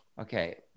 Okay